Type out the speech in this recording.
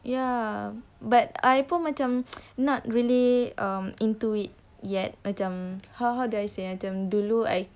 ya but I pun macam not really um into it yet macam how how do I say it macam dulu I